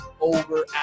over